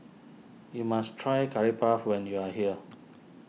you must try Curry Puff when you are here